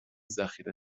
ذخیره